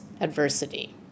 adversity